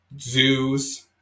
zoos